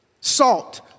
salt